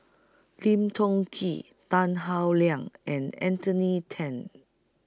Lim Chong Keat Tan Howe Liang and Anthony ten